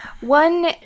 One